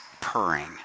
purring